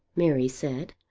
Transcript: mary said.